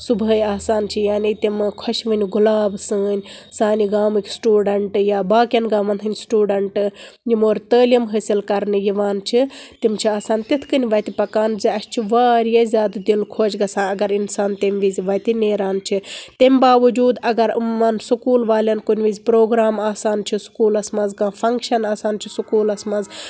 صُبحٲے آسان چھِ یعنے تِم خۄشوٕنۍ گۄلاب سٲنۍ سانہِ گامٕکۍ سٹوٗڈںٹ یا باقین گامن ہندۍ سِٹوڈنٹہٕ یِم اوٗرۍ تٲلیٖم حٲصل کرنہِ یِوان چھِ تِم چھِ آسان تتھۍ کٔنۍ وتہِ پکان زِ اسہِ چھُ واریاہ زیادٕ دل خوش گژھان اگر اِنسان تمہِ وِزِ وتہِ نٮ۪ران چھ تمہِ باوجوٗد اگر یِمن سکوٗل والٮ۪ن کُنۍ وِزِ پروگرام آسان چھُ سکوٗلس منٛز کانٛہہ فنگشن آسان چھُ سکوٗلس منٛز